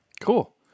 Cool